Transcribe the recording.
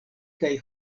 kaj